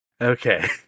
Okay